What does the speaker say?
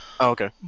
Okay